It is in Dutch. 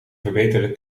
verbeterde